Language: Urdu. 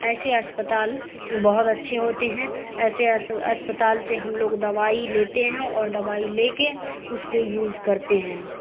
ایسے اسپتال بہت اچھے ہوتے ہیں ایسے اسپتال سے ہم لوگ دوائی لیتے ہیں اور دوائی لے کے اس کو یوز کرتے ہیں